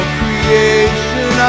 creation